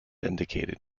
indicated